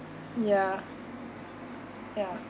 ya ya